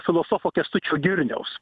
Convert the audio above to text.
filosofo kęstučio girniaus